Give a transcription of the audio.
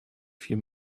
few